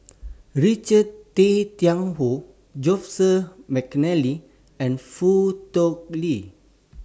Richard Tay Tian Hoe Joseph Mcnally and Foo Tui Liew